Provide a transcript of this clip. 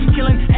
Killing